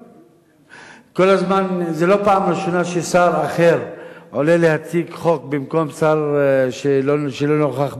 זו לא פעם ראשונה ששר עולה להציג חוק במקום שר שלא נוכח במליאה.